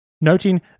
noting